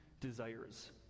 desires